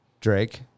Drake